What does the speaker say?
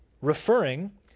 referring